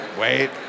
wait